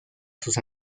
sus